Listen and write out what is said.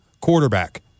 quarterback